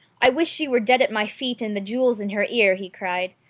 i would she were dead at my feet and the jewels in her ear, he cried.